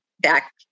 back